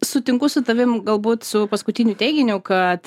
sutinku su tavim galbūt su paskutiniu teiginiu kad